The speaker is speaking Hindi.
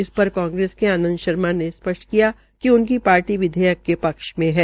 इस र कांग्रेस के आंनद शर्मा ने स् ष्ट किया कि उनकी ार्टी विधेयक के क्ष में है